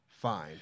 fine